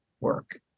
work